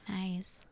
Nice